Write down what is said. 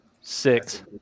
Six